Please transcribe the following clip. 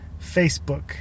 facebook